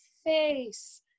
face